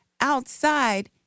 outside